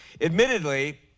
Admittedly